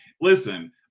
listen